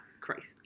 Christ